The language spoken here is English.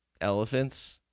elephants